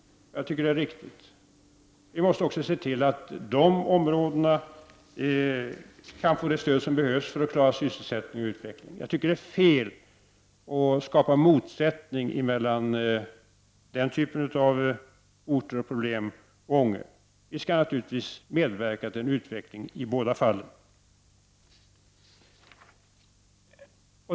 Jag tycker det är riktigt. Vi måste också se till att de områdena kan få det stöd som behövs för att de skall klara sysselsättning och utveckling. Det är fel att skapa motsättningar mellan den typen av orter och problem och Ånge. Vi skall naturligtvis medverka till en utveckling i båda fallen.